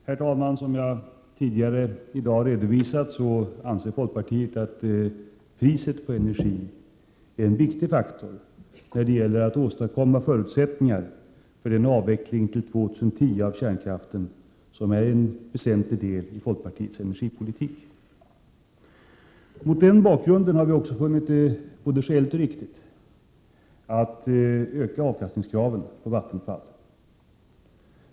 Herr talman! Som jag tidigare i dag har redovisat, anser folkpartiet att priset på energi är en viktig faktor när det gäller att åstadkomma förutsättningar för den avveckling av kärnkraften till år 2010 som är en väsentlig del av folkpartiets energipolitik. Mot denna bakgrund har vi också funnit det både skäligt och riktigt att öka avkastningskravet på Vattenfall.